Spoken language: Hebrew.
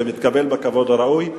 ומתקבל בכבוד הראוי,